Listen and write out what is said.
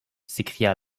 s’écria